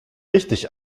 richtig